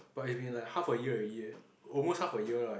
but it is like half a year already leh almost half a year right